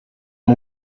mon